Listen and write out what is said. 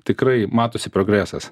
tikrai matosi progresas